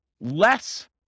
less